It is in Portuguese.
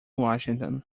washington